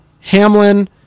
Hamlin